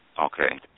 Okay